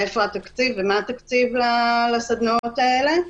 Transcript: מאיפה התקציב ומה התקציב לסדנאות האלה?